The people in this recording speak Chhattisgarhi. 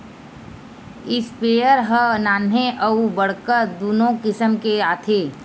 इस्पेयर ह नान्हे अउ बड़का दुनो किसम के आथे